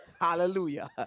Hallelujah